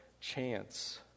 chance